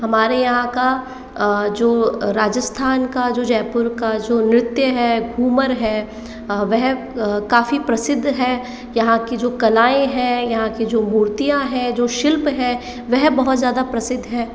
हमारे यहाँ का जो राजस्थान का जो जयपुर का जो नृत्य है घूमर है वह काफ़ी प्रसिद्ध है यहाँ की जो कलाएं हैं यहाँ की जो मूर्तियाँ हैं जो शिल्प है वह बहुत ज़्यादा प्रसिद्ध हैं